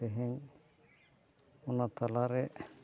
ᱛᱮᱦᱮᱧ ᱚᱱᱟ ᱛᱟᱞᱟᱨᱮ